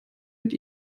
mit